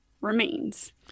remains